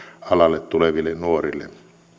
alalle tuleville nuorille